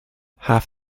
half